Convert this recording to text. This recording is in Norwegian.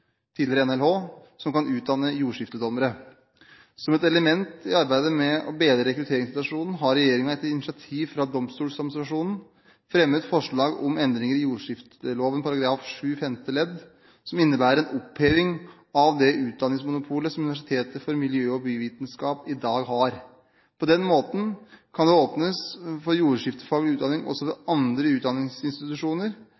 tidligere NLH, som kan utdanne jordskiftedommere. Som et element i arbeidet med å bedre rekrutteringssituasjonen har regjeringen etter initiativ fra Domstoladministrasjonen fremmet forslag til endringer i jordskifteloven § 7 femte ledd, som innebærer en oppheving av det utdanningsmonopolet som Universitetet for miljø- og biovitenskap har i dag. På den måten kan det åpnes for jordskiftefaglig utdanning også